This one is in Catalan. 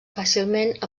fàcilment